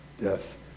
death